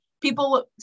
people